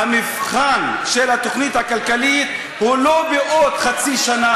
המבחן של התוכנית הכלכלית הוא לא בעוד חצי שנה,